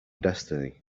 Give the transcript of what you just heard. destiny